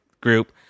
group